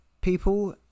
people